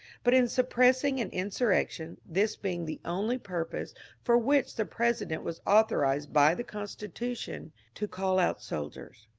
but in suppressing an insurrection, this being the only purpose for which the president was authorized by the constitution to call out soldiers.